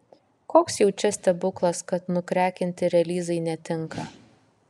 koks jau čia stebuklas kad nukrekinti relyzai netinka